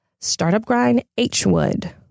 startupgrindhwood